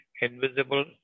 invisible